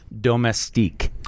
Domestique